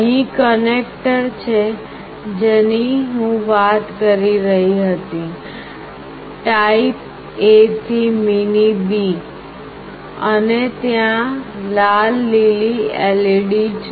અહીં કનેક્ટર છે જેની હું વાત કરી રહી હતી ટાઈપ A થી મીની B અને ત્યાં લાલલીલી LED છે